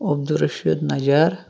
Abdul Rashid Najar